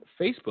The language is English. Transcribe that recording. Facebook